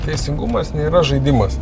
teisingumas nėra žaidimas